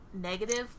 negative